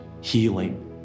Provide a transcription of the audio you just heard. healing